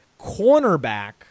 cornerback